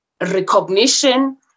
recognition